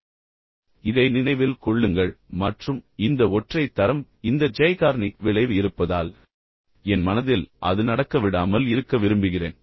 எனவே இதை நினைவில் கொள்ளுங்கள் மற்றும் இந்த ஒற்றை தரம் இந்த ஜைகார்னிக் விளைவு இருப்பதால் என் மனதில் அது நடக்க விடாமல் இருக்க விரும்புகிறேன்